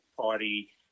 party